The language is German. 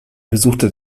besuchte